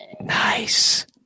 Nice